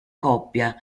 coppia